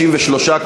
53,